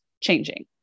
changing